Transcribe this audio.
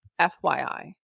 FYI